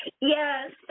Yes